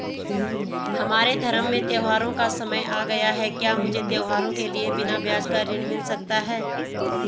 हमारे धर्म में त्योंहारो का समय आ गया है क्या मुझे त्योहारों के लिए बिना ब्याज का ऋण मिल सकता है?